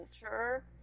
culture